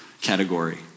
category